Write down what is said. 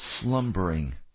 slumbering